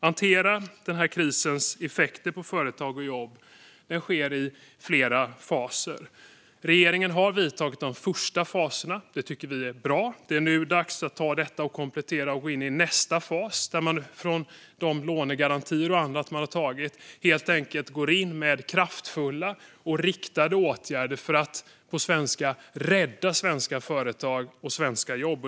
Hanteringen av krisens effekter på företag och jobb sker i flera faser. Regeringen har inlett de första faserna, och detta tycker vi är bra. Men nu är det dags att komplettera detta och gå in i nästa fas. Efter lånegarantier och annat går man helt enkelt in med kraftfulla och riktade åtgärder för att rädda svenska företag och jobb.